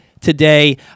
today